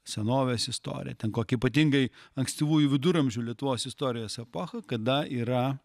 senovės istoriją ten kokį ypatingai ankstyvųjų viduramžių lietuvos istorijos epochą kada yra